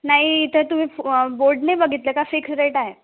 नाही इथं तुम्ही बोर्ड नाही बघितलं का फिक्स्ड रेट आहे